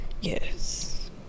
Yes